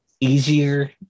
easier